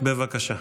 בבקשה.